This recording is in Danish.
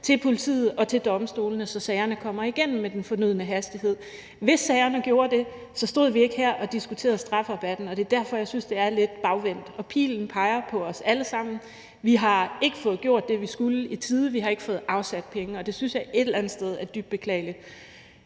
til politiet og til domstolene, så sagerne kan komme igennem med den fornødne hastighed. Hvis sagerne gjorde det, stod vi ikke her og diskuterede strafrabatten, og det er derfor, jeg synes, det er lidt bagvendt. Pilen peger på os alle sammen. Vi har ikke fået gjort det, vi skulle, i tide. Vi har ikke fået afsat penge, og det synes jeg et eller andet sted er dybt beklageligt.